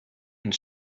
and